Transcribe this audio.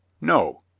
no.